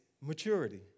maturity